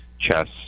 chess